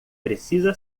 precisa